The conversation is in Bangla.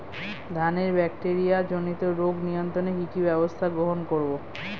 ধানের ব্যাকটেরিয়া জনিত রোগ নিয়ন্ত্রণে কি কি ব্যবস্থা গ্রহণ করব?